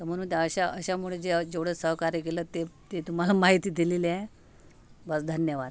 म्हणून त्या अशा अशामुळे जे जेवढं सहकार्य केलं ते ते तुम्हाला माहिती दिलेली आहे बस धन्यवाद